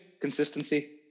consistency